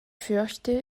fürchte